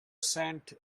sent